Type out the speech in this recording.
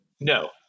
No